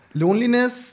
loneliness